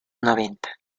noventa